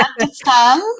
understand